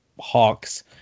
Hawks